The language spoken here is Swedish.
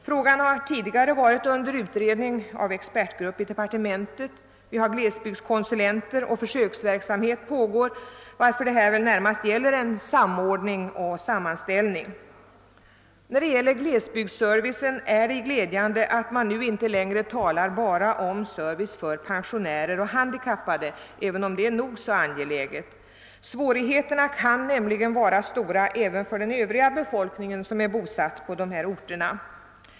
Frågan har ju tidigare varit under utredning av en expertgrupp i departementet — vi har glesbygdskonsulenter och försöksverksamhet pågår — varför det väl närmast gäller en samordning och sammanställning. Vad beträffar glesbygdsservicen är det glädjande, att man nu inte längre talar bara om service för pensionärer och handikappade, även om det är nog så angeläget. Svårigheterna kan nämligen vara stora även för den övriga bea folkningen som är bosatt på dessa orter.